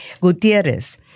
Gutierrez